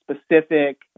specific